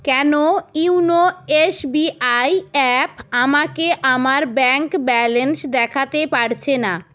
কেন YONO SBI app আমাকে আমার ব্যাঙ্ক ব্যালেন্স দেখাতে পারছে না